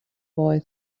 boy